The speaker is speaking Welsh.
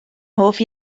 hoff